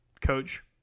coach